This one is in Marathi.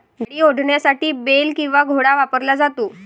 गाडी ओढण्यासाठी बेल किंवा घोडा वापरला जातो